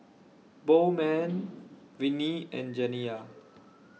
Bowman Vinie and Janiya